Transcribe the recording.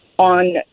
on